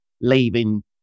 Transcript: leaving